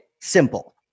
simple